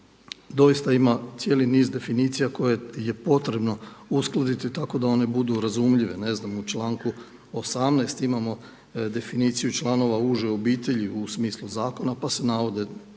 doista ima cijeli niz definicija koje je potrebno uskladiti tako da one budu razumljive. Ne znam, u članku 18. imamo definiciju članove uže obitelji u smislu zakona, pa se navode